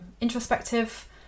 introspective